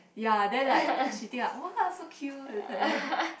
ya then like she think like !wah! so cute like that